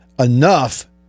enough